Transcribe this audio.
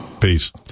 Peace